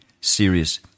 serious